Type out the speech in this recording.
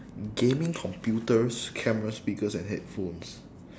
gaming computers cameras speakers and headphones